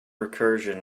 recursion